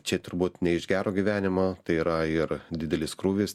čia turbūt ne iš gero gyvenimo tai yra yra ir didelis krūvis